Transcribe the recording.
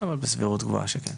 אבל בסבירות גבוהה שכן.